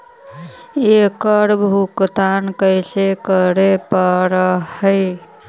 एकड़ भुगतान कैसे करे पड़हई?